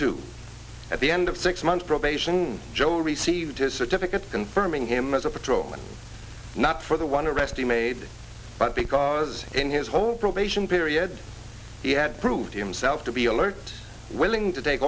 too at the end of six months probation joe received a certificate confirming him as a patrolman not for the one arrest he made but because in his whole probation period he had proved himself to be alert willing to take